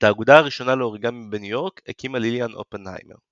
את האגודה הראשונה לאוריגמי בניו יורק הקימה ליליאן אופנהיימר.